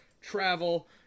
Travel